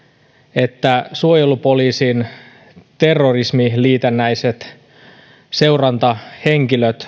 että suojelupoliisin terrorismiin liitännäisten seurantahenkilöiden